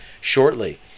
shortly